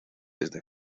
desde